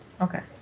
Okay